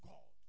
God